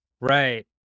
right